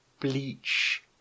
bleach